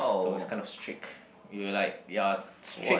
so it's kind of strict we were like ya strict